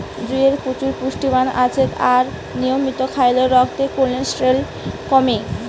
জইয়ে প্রচুর পুষ্টিমান আছে আর নিয়মিত খাইলে রক্তের কোলেস্টেরল কমে